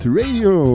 radio